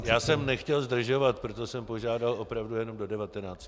Já jsem nechtěl zdržovat, proto jsem požádal opravdu jenom do devatenácti.